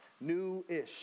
New-ish